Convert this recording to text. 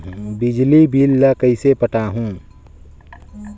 बिजली बिल ल कइसे पटाहूं?